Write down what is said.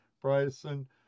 Bryson